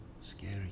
scary